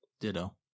Ditto